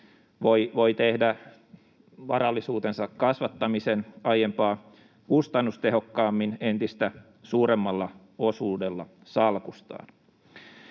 voi tehdä varallisuutensa kasvattamisen aiempaa kustannustehokkaammin entistä suuremmalla osuudella salkustaan.